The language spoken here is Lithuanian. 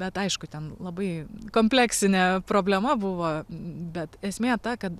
bet aišku ten labai kompleksinė problema buvo bet esmė ta kad